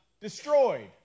destroyed